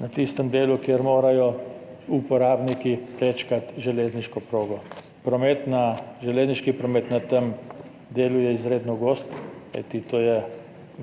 na tistem delu, kjer morajo uporabniki prečkati železniško progo. Železniški promet na tem delu je izredno gost, kajti to je